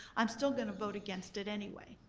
i'm still gonna vote against it anyway.